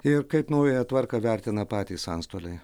ir kaip naująją tvarką vertina patys antstoliai